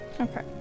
okay